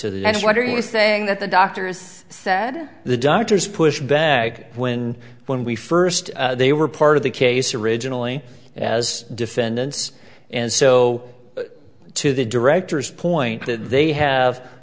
to the last what are you saying that the doctors that the doctors pushed back when when we first they were part of the case originally as defendants and so to the director's point that they have